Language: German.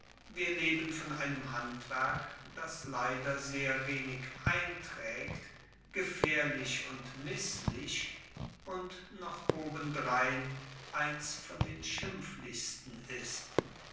wir leben von einem handwerk das leider sehr wenig einträgt gefährlich und mißlich und noch obendrein eins von den schimpflichsten ist